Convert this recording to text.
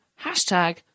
Hashtag